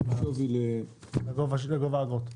השווי לגובה האגרות?